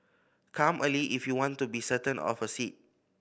come early if you want to be certain of a seat